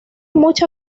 mucha